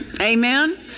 Amen